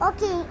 Okay